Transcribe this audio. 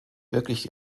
wirklich